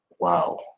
Wow